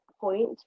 point